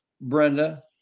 Brenda